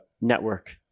network